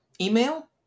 email